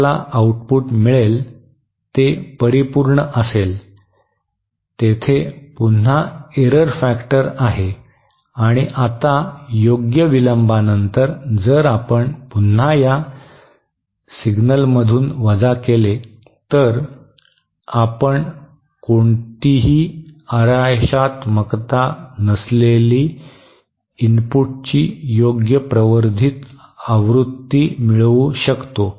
आपल्याला आऊटपुट मिळेल ते परिपूर्ण असेल तेच पुन्हा एरर फॅक्टर आहे आणि आता योग्य विलंबानंतर जर आपण पुन्हा या सिग्नलमधून वजा केले तर आपण कोणतीही अरेषात्मकता नसलेली इनपुटची योग्य प्रवर्धित आवृत्ती मिळवू शकतो